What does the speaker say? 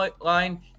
line